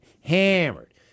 hammered